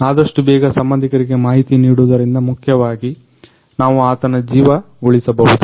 ಆದಷ್ಟು ಬೇಗೆ ಸಂಬಂಧಿಕರಿಗೆ ಮಾಹಿತಿ ನೀಡುವುದರಿಂದ ಮುಖ್ಯವಾಗಿ ನಾವು ಆತನ ಜೀವ ಉಳಿಸಬಹುದು